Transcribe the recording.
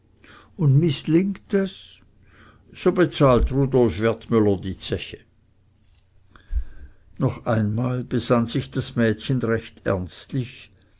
und mißlingt es so bezahlt rudolf wertmüller die zeche noch einmal besann sich das mädchen recht ernstlich